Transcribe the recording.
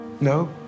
No